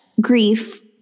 grief